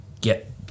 get